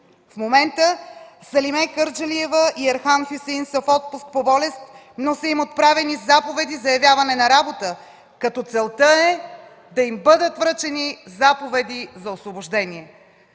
В момента Селиме Кърджалиева и Ерхан Хюсеин са в отпуск по болест, но са им отправени заповеди за явяване на работа, като целта е да им бъдат връчени заповеди за освобождение.